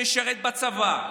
הציבור שמשרת בצבא,